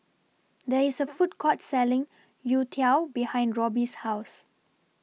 There IS A Food Court Selling Youtiao behind Robbie's House